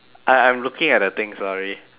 I I'm looking at the thing sorry